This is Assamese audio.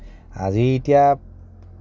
আজি এতিয়া